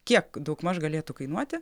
kiek daugmaž galėtų kainuoti